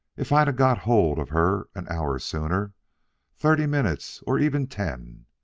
if i'd got hold of her an hour sooner thirty minutes or even ten.